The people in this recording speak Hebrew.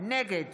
נגד